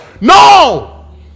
no